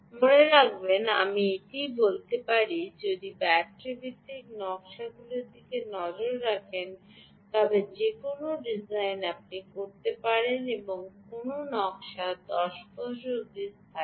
মনে রাখবেন আমি এটি বলতেই থাকি যে আপনি যদি ব্যাটারি ভিত্তিক নকশাগুলির দিকে নজর রাখেন তবে যে কোনও ডিজাইন আপনি করেন কোনও নকশা 10 বছর অবধি স্থায়ী হয়